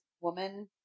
woman